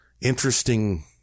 interesting